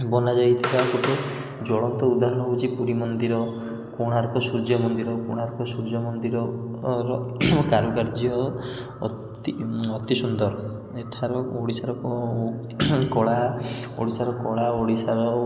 ବନାଯାଇଥିବା ଗୋଟେ ଜ୍ୱଳନ୍ତ ଉଦାହରଣ ହେଉଛି ପୁରୀ ମନ୍ଦିର କୋଣାର୍କ ସୂର୍ଯ୍ୟମନ୍ଦିର କୋଣାର୍କ ସୂର୍ଯ୍ୟ ମନ୍ଦିରର କାରୁକାର୍ଯ୍ୟ ଅତି ଅତି ସୁନ୍ଦର ଏଠାର ଓଡ଼ିଶାର କଳା ଓଡ଼ିଶାର କଳା ଓଡ଼ିଶାର